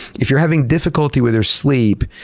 if you're having difficulty with your sleep,